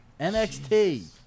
NXT